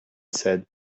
said